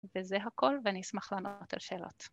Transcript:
וזה הכל, ואני אשמח לענות על שאלות.